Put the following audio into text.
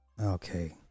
Okay